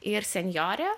ir senjorė